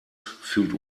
fühlt